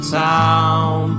town